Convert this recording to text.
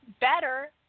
better